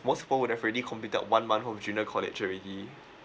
most have already completed one month of junior college already